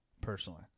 personally